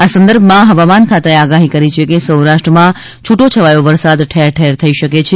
આ સંદર્ભ માં હવામાન ખાતા એ આગાહી કરી છે કે સૌરાષ્ટ્ર માં છુટો છવાયો વરસાદ ઠેર ઠેર થઈ શકે છે